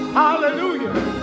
hallelujah